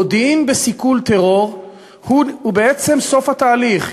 המודיעין בסיכול טרור הוא בעצם סוף התהליך.